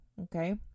Okay